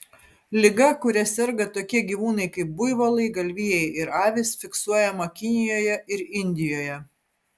liga kuria serga tokie gyvūnai kaip buivolai galvijai ir avys fiksuojama kinijoje ir indijoje